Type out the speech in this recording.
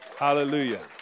Hallelujah